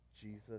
Jesus